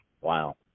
Wow